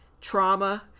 trauma